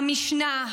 המשנה,